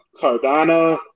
Cardano